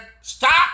stop